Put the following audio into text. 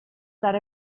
that